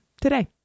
today